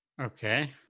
Okay